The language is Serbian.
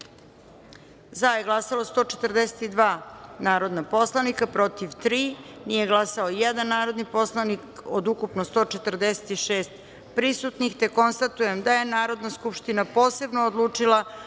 za – 142 narodna poslanika, protiv – tri, nije glasao jedan narodni poslanik od ukupno 146 prisutnih. Konstatujem da je Narodna skupština posebno odlučila